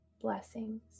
blessings